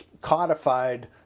codified